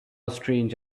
strange